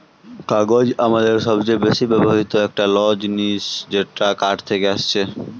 কাগজ আমাদের সবচে বেশি ব্যবহৃত একটা ল জিনিস যেটা কাঠ থেকে আসছে